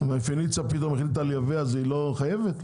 אם פיניציה פתאום החליטה לייבא, היא לא חייבת?